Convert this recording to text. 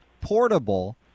portable